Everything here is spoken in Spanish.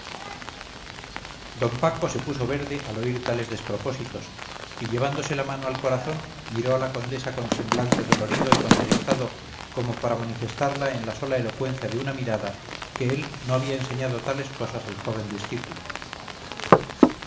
d paco se puso verde al oír tales despropósitos y llevándose la mano al corazón miró a la condesa con semblante dolorido y contristado como para manifestarla en la sola elocuencia de una mirada que él no había enseñado tales cosas al joven discípulo